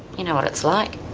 you know what it's like.